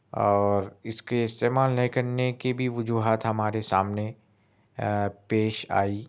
اور اس کے استعمال نہیں کرنے کی بھی وجوہات ہمارے سامنے پیش آئی